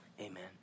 amen